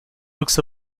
books